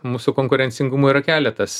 mūsų konkurencingumo yra keletas